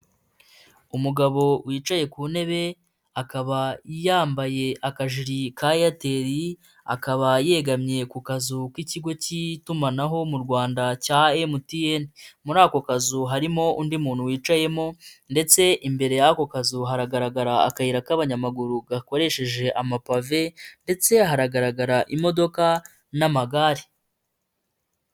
Umugabo wicaye ku ntebe akaba yambaye akajiri ka Airtel, akaba yegamiye ku kazu k'ikigo cy'itumanaho mu Rwanda cya MTN, muri ako kazu harimo undi muntu wicayemo ndetse imbere y'ako kazu haragaragara akayira k'abanyamaguru gakoresheje amapave ndetse haragaragara imodoka n'amagare.